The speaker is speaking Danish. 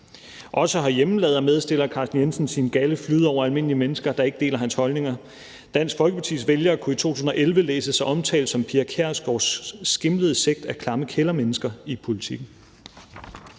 Også herhjemme lader medstiller Carsten Jensen sin galde flyde over almindelige mennesker, der ikke deler hans holdninger. Dansk Folkepartis vælgere kunne i 2011 i Politiken læse sig omtalt som Pia Kjærsgaards skimlede sekt af klamme kældermennesker. Og selv